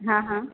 હા હા